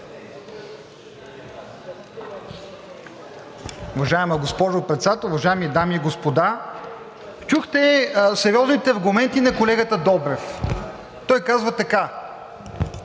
Уважаема госпожо Председател, уважаеми дами и господа! Чухте сериозните аргументи на колегата Добрев. Той казва така: